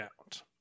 out